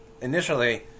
initially